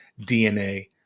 DNA